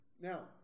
Now